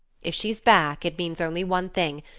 if she's back, it means only one thing,